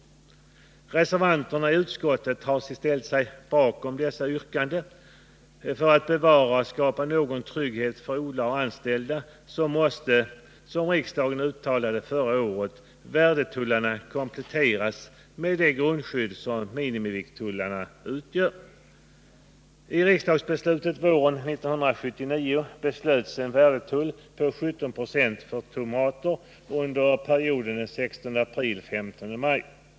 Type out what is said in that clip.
Reservanterna i utskottet har ställt sig bakom dessa yrkanden. För att bevara och skapa någon trygghet för odlare och anställda måste, som riksdagen uttalade förra året, värdetullarna kompletteras med det grundskydd som minimivikttullarna utgör. I riksdagsbeslutet våren 1979 beslöts om en värdetull på 17 96 för tomater under perioden den 16 april-15 maj.